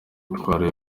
intwaro